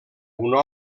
una